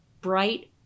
bright